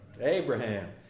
Abraham